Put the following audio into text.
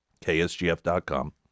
ksgf.com